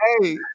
Hey